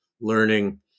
learning